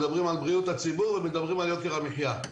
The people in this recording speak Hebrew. מדברים על בריאות הציבור ומדברים על יוקר המחיה.